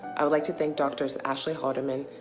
i would like to thank doctors ashleigh halderman,